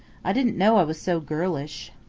i didn't know i was so girlish.